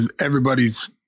everybody's